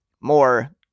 more